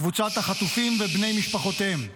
קבוצת החטופים ובני משפחותיהם.